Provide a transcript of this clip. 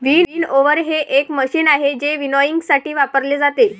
winnower हे एक machine आहे जे विनॉयइंगसाठी वापरले जाते